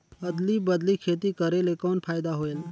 अदली बदली खेती करेले कौन फायदा होयल?